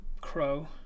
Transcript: crow